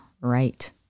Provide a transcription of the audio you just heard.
right